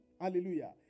hallelujah